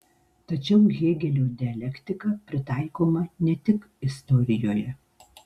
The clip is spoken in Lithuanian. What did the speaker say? tačiau hėgelio dialektika pritaikoma ne tik istorijoje